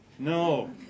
No